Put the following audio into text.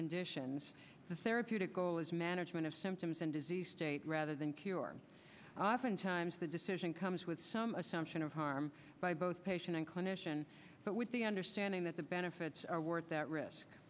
conditions the therapeutic goal is management of symptoms and disease state rather than cure oftentimes the decision comes with some assumption of harm by both patient and clinician but with the understanding that the benefits are worth that risk